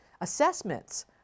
assessments